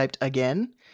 again